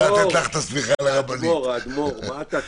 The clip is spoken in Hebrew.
לדיון הזה.